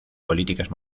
políticas